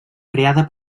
creada